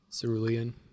Cerulean